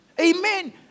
Amen